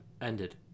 ended